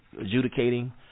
adjudicating